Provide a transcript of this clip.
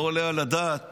לא עולה על הדעת